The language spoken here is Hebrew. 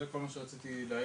זה כל מה שרציתי להעיר.